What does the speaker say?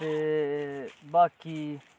ते बाकी